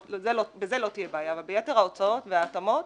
בזה לא תהיה בעיה, אבל ביתר ההוצאות וההתאמות,